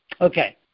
Okay